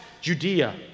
Judea